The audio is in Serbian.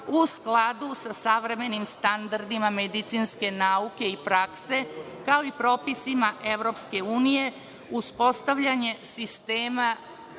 u skladu sa savremenim standardima medicinske nauke i prakse, kao i propisima Evropske unije, uspostavljanje sistema